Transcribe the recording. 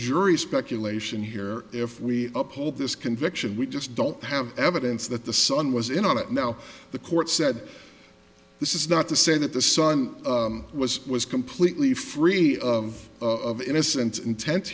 jury speculation here if we uphold this conviction we just don't have evidence that the sun was in on it now the court said this is not to say that the sun was was completely free of of innocent inten